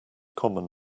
common